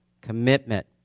commitment